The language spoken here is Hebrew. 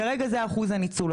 כרגע זה אחוז הניצול.